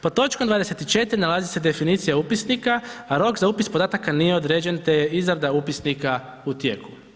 Pod točkom 24 nalazi se definicija upisnika, a rok za upis podataka nije određen te je izrada upisnika u tijeku.